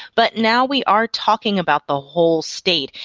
but now we are talking about the whole state,